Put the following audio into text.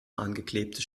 angeklebtes